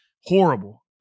Horrible